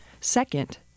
Second